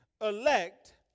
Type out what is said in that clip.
elect